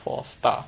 four star